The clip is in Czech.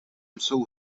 jsou